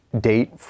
date